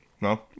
No